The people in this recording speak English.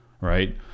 right